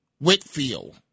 Whitfield